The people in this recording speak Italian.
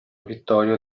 vittorio